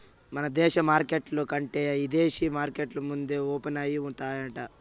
మన దేశ మార్కెట్ల కంటే ఇదేశీ మార్కెట్లు ముందే ఓపనయితాయంట